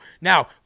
Now